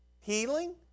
Healing